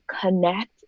connect